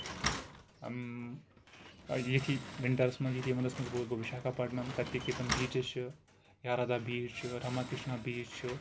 ییٚتھی وِنٛٹرس منٛز ییٚتہِ وَنٛدس منٛز گووٚس بہٕ وشاکھاپٹنم تَتِکۍ یِم تہِ بیچز چھِ یارادھا بیچ چھُ راما کرشنا بیچ چھُ